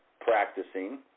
practicing